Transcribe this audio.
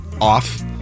off